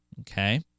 okay